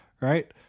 right